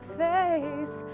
face